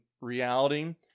reality